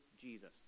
jesus